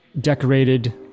decorated